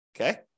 Okay